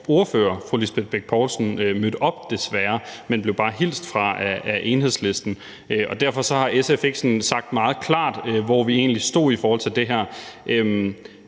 ordfører fru Lise Bech Poulsen mødte op, desværre, men Enhedslisten havde en hilsen fra hende. Derfor har SF ikke sådan sagt meget klart, hvor vi egentlig stod i forhold til det her.